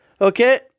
Okay